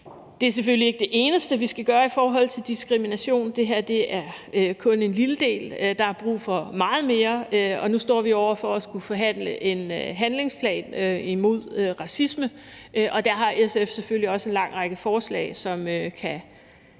Det er selvfølgelig ikke det eneste, vi skal gøre i forhold til diskrimination. Det her er kun en lille del; der er brug for meget mere. Nu står vi over for at skulle forhandle en handlingsplan imod racisme, og der har SF selvfølgelig også en lang række forslag, som kan